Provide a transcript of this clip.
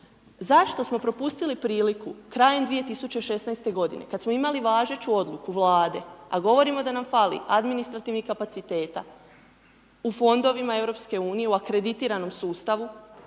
zašto smo propustili priliku krajem 2016. godine, kad smo imali važeću Odluku Vlade, a govorimo da nam fali administrativnih kapaciteta, u fondovima Europske unije, u akreditiranom sustavu,